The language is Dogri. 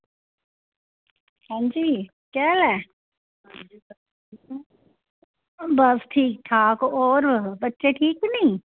हां जी केह् हाल ऐ बस ठीक ठाक होर बच्चे ठीक नी